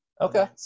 Okay